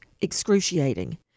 excruciating